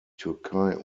türkei